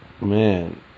Man